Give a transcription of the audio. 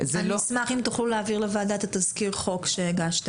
זה לא --- אני אשמח אם תוכלו להעביר לוועדה את תזכיר החוק שהגשתם.